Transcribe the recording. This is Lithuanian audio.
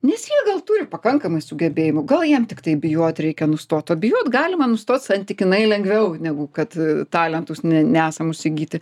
nes jie gal turi pakankamai sugebėjimų gal jiem tiktai bijot reikia nustot o bijot galima nustot santykinai lengviau negu kad talentus ne nesamus įgyti